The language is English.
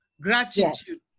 Gratitude